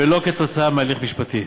ולא מהליך משפטי.